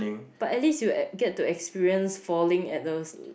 but at least you at get to experience falling at the